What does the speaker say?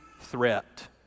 threat